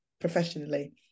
professionally